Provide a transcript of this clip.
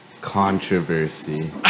CONTROVERSY